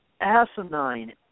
asinine